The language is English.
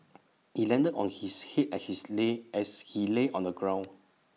IT landed on his Head as he lay on the ground